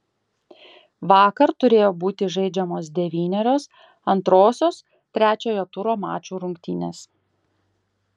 vakar turėjo būti žaidžiamos devynerios antrosios trečiojo turo mačų rungtynės